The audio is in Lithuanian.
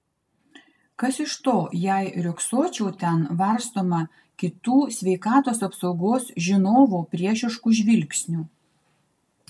kas iš to jei riogsočiau ten varstoma kitų sveikatos apsaugos žinovų priešiškų žvilgsnių